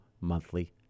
monthly